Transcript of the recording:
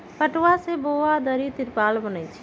पटूआ से बोरा, दरी, तिरपाल बनै छइ